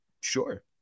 sure